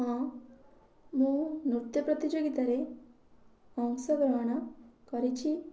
ହଁ ମୁଁ ନୃତ୍ୟ ପ୍ରତିଯୋଗିତାରେ ଅଂଶଗ୍ରହଣ କରିଛି